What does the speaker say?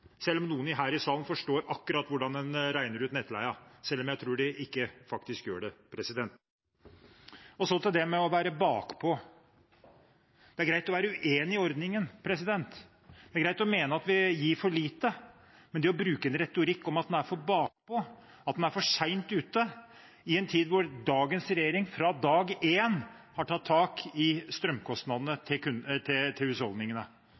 selv om noen her i salen visstnok forstår akkurat hvordan en regner ut nettleien, tror jeg ikke de faktisk gjør det. Så til det med å være bakpå: Det er greit å være uenig i ordningen, det er greit å mene at vi gir for lite. Men når det gjelder å bruke en retorikk om at en er for bakpå, at en er for sent ute: Dagens regjering har fra dag én tatt tak i strømkostnadene til husholdningene